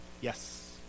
Yes